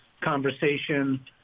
conversation